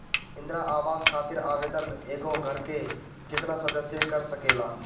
इंदिरा आवास खातिर आवेदन एगो घर के केतना सदस्य कर सकेला?